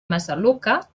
massaluca